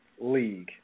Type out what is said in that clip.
league